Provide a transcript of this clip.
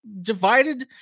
divided